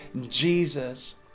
Jesus